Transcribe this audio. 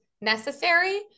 necessary